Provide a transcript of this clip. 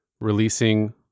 releasing